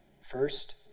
First